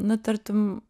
na tartum